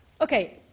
Okay